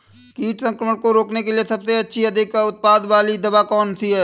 कीट संक्रमण को रोकने के लिए सबसे अच्छी और अधिक उत्पाद वाली दवा कौन सी है?